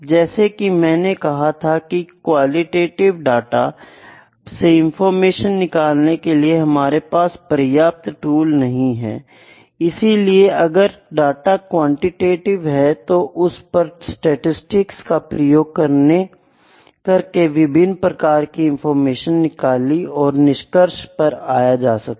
जैसा कि मैंने कहा था क्वालिटेटिव डाटा से इंफॉर्मेशन निकालने के लिए हमारे पास पर्याप्त टूल नहीं है इसलिए अगर डाटा क्वांटिटीव है तो उस पर स्टैटिसटिक्स का प्रयोग करके विभिन्न प्रकार की इंफॉरमेशन निकाली तथा निष्कर्ष पर आया जा सकता है